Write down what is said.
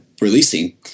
releasing